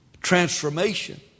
transformation